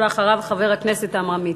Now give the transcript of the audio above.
ולאחריו, חבר הכנסת עמרם מצנע.